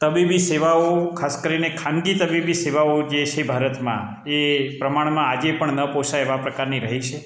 તબીબી સેવાઓ ખાસ કરીને ખાનગી તબીબી સેવાઓ જે સે ભારતમાં એ પ્રમાણમાં આજે પણ ન પોસાય એવા પ્રકારની રહી છે